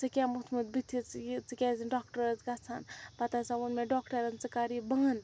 ژٕےٚ کیٛاہ موٚتھمُت بُتھس یہِ ژٕ کیٛازِ نہٕ ڈاکٹرَس گژھان پَتہٕ ہسا ووٚن مےٚ ڈاکٹَرن ژٕ کر یہِ بَنٛد